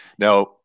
Now